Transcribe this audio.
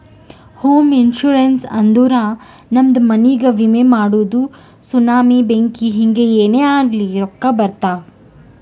ಹೋಮ ಇನ್ಸೂರೆನ್ಸ್ ಅಂದುರ್ ನಮ್ದು ಮನಿಗ್ಗ ವಿಮೆ ಮಾಡದು ಸುನಾಮಿ, ಬೆಂಕಿ ಹಿಂಗೆ ಏನೇ ಆಗ್ಲಿ ರೊಕ್ಕಾ ಬರ್ತಾವ್